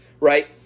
right